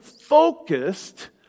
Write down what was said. focused